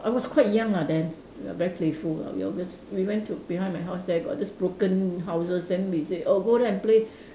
I was quite young lah then very playful ah we all just we went to behind my house there got these broken houses then we say oh go there and play